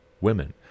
women